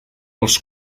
els